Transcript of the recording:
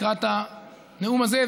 לקראת הנאום הזה,